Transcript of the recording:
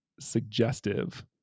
suggestive